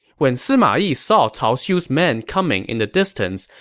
when sima yi saw cao xiu's men coming in the distance,